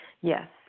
Yes